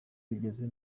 bigeze